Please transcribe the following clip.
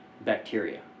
bacteria